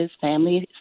families